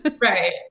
right